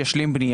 ישלים בנייה.